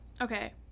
okay